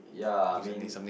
yeah I mean